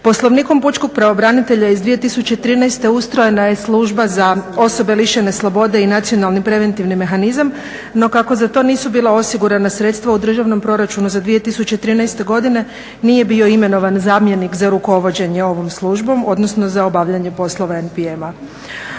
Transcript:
Poslovnikom Pučkog pravobranitelja iz 2013. ustrojena je služba za osobe lišene slobode i nacionalni preventivni mehanizam, no kako za to nisu bila osigurana sredstva u Državnom proračunu za 2013. godinu nije bio imenovan zamjenik za rukovođenje ovom službom, odnosno za obavljanje poslova NPM-a.